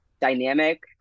dynamic